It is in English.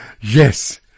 yes